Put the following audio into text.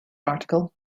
article